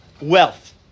wealth